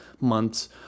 months